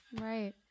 right